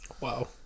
Wow